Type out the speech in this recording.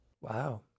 Wow